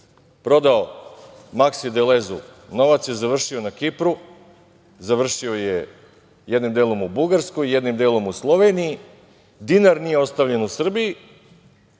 prodao „Maksi“ „Delezu“ i novac je završio na Kipru, završio je jednim delom u Bugarskoj i jednim delom u Sloveniji. Dinar nije ostavljen u Srbiji,